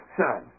son